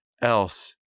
else